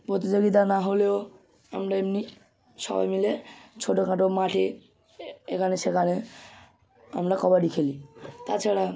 প্রতিযোগিতা না হলেও আমরা এমনি সবাই মিলে ছোটো খাটো মাঠে এখানে সেখানে আমরা কবাডি খেলি তাছাড়া